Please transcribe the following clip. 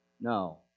No